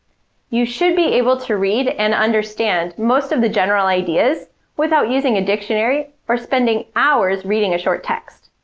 you should be able to read and understand most of the general ideas without using a dictionary or spending hours reading a short text.